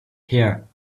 here